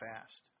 fast